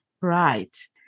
Right